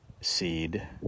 seed